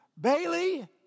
Bailey